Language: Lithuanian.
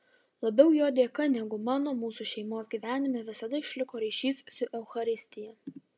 labiau jo dėka negu mano mūsų šeimos gyvenime visada išliko ryšys su eucharistija